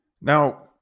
now